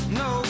no